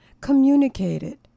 communicated